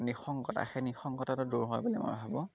নিসংগতা সেই নিসংগতাটো দূৰ হয় বুলি মই ভাবোঁ